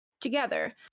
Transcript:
together